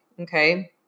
Okay